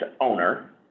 owner